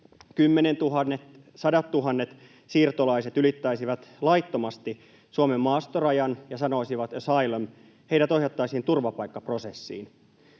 kymmenettuhannet, sadattuhannet siirtolaiset ylittäisivät laittomasti Suomen maastorajan ja sanoisivat ”asylum”, heidät ohjattaisiin turvapaikkaprosessiin.